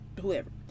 whoever